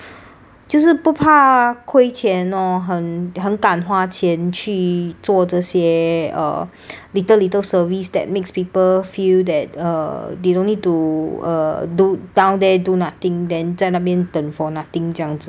就是不怕亏钱 lor 很很敢花钱去做这些 err little little service that makes people feel that err they don't need to err do down there do nothing then 在那边等 for nothing 这样子 lor